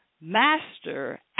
Master